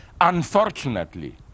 Unfortunately